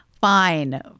fine